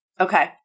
Okay